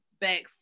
back